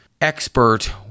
expert